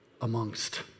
amongst